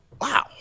Wow